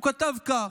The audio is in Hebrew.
הוא כתב כך,